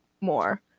more